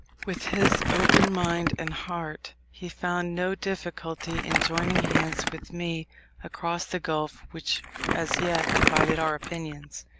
with his open mind and heart, he found no difficulty in joining hands with me across the gulf which as yet divided our opinions.